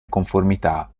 conformità